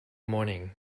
morning